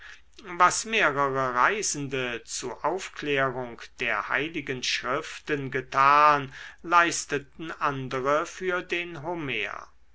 was mehrere reisende zu aufklärung der heiligen schriften getan leisteten andere für den homer